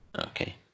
Okay